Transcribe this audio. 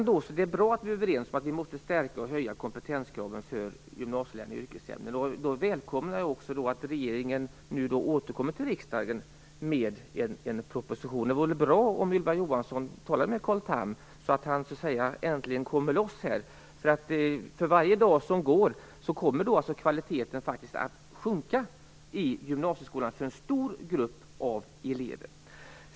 Det är bra att vi är överens om att höja kompetenskraven. Jag välkomnar att regeringen återkommer till riksdagen med en proposition. Det vore bra om Ylva Johansson talade med Carl Tham så att han äntligen så att säga kom loss. För varje dag som går kommer ju faktiskt kvaliteten i gymnasieskolan att sjunka för en stor grupp elever.